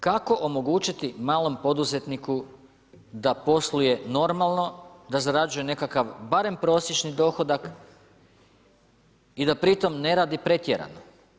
Kako omogućiti malom poduzetniku da posluje normalno, da zarađuje nekakav barem prosječni dohodak i da pri tom ne radi pretjerano?